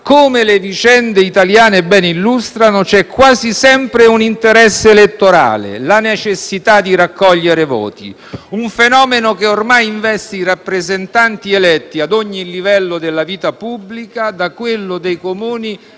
come le vicende italiane bene illustrano - c'è quasi sempre un interesse elettorale: la necessità di raccogliere voti, un fenomeno che ormai investe i rappresentanti eletti a ogni livello della vita pubblica, da quello dei Comuni